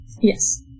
Yes